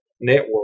network